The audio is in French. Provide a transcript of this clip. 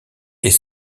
est